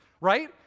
right